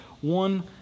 one